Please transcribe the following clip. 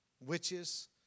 witches